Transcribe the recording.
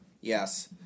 Yes